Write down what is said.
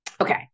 okay